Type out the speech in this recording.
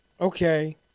Okay